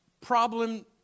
Problem